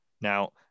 now